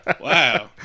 Wow